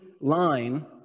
line